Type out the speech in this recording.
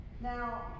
Now